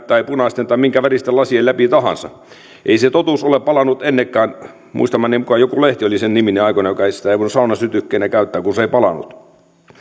tai punaisten tai minkäväristen lasien läpi tahansa ei se totuus ole palanut ennenkään muistamani mukaan joku lehti oli sen niminen aikoinaan sitä ei voinut saunansytykkeenä käyttää kun se ei palanut